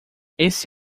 esse